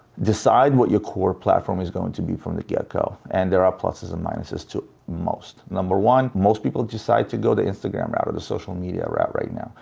decide what your core platform is going to be from the get-go and there are pluses and minus to most. number one, most people decide to go the instagram route, or the social media route, right now.